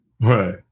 right